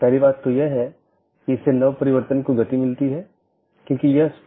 इसका मतलब है यह चीजों को इस तरह से संशोधित करता है जो कि इसके नीतियों के दायरे में है